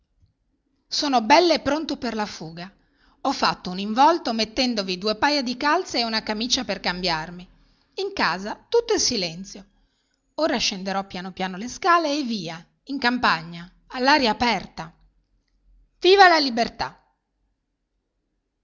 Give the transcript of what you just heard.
benissimo sono bell'e pronto per la fuga ho fatto un involto mettendovi due paia di calze e una camicia per cambiarmi in casa tutto è silenzio ora scenderò piano piano le scale e via in campagna all'aria aperta viva la libertà